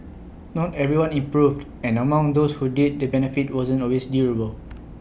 not everyone improved and among those who did the benefit wasn't always durable